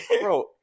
Bro